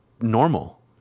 normal